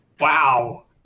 Wow